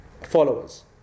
followers